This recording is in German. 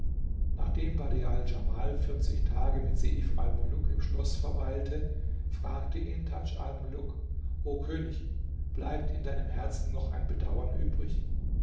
nachdem badial djamal vierzig tage mit seif almuluk im schloß verweilte fragte ihn tadj almuluk o könig bleibt in deinem herzen noch ein bedauern übrig